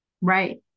Right